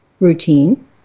routine